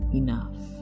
enough